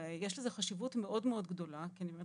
יש לזה חשיבות מאוד מאוד גדולה כי באמת